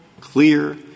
clear